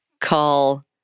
call